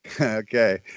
Okay